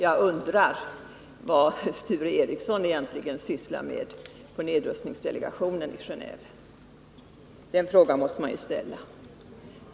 Jag undrar vad Sture Ericson egentligen sysslar med i nedrustningsdelegationen i Genåve. Den frågan måste man ju ställa sig.